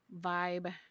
vibe